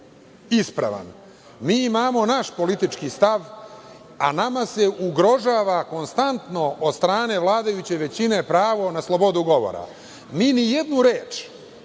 ispravan. Mi imamo naš politički stav, a nama se ugrožava konstantno od strane vladajuće većine pravo na slobodu govora. Mi nijednu reč